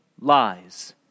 lies